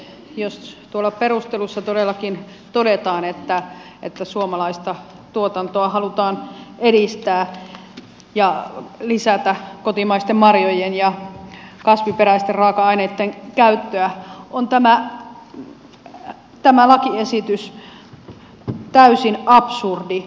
jos tuolla perusteluissa todellakin todetaan että suomalaista tuotantoa halutaan edistää ja lisätä kotimaisten marjojen ja kasviperäisten raaka aineitten käyttöä on tämä lakiesitys täysin absurdi